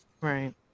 Right